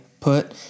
Put